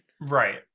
Right